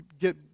get